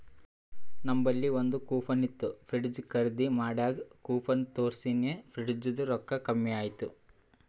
ನಂಬಲ್ಲಿ ಒಂದ್ ಕೂಪನ್ ಇತ್ತು ಫ್ರಿಡ್ಜ್ ಖರ್ದಿ ಮಾಡಾಗ್ ಕೂಪನ್ ತೋರ್ಸಿನಿ ಫ್ರಿಡ್ಜದು ರೊಕ್ಕಾ ಕಮ್ಮಿ ಆಯ್ತು